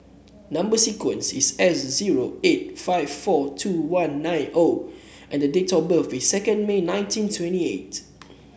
number sequence is S zero eight five four two one nine O and the date of birth is second May nineteen twenty eight